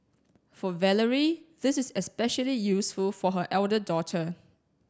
for Valerie this is especially useful for her elder daughter